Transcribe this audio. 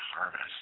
harvest